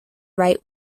right